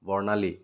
বৰ্ণালী